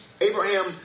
Abraham